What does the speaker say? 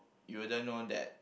you wouldn't know that